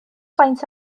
faint